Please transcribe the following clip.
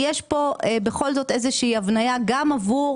יש פה בכול זאת איזו הבנייה גם עבור